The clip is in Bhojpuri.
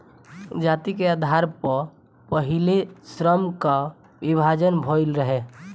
जाति के आधार पअ पहिले श्रम कअ विभाजन भइल रहे